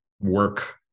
work